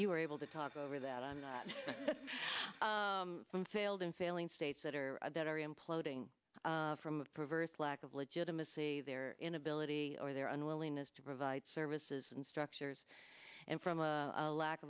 you are able to talk over that i'm not failed and failing states that are that are imploding from a perverse lack of legitimacy their inability or their unwillingness to provide services and structures and from a lack